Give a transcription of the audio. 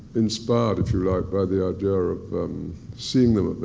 inspired, if you like, by the idea of seeing them